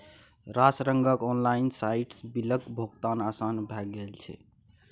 रास रंगक ऑनलाइन साइटसँ बिलक भोगतान आसान भए गेल छै